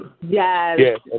Yes